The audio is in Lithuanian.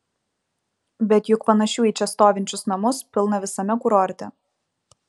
bet juk panašių į čia stovinčius namus pilna visame kurorte